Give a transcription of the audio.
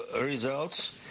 results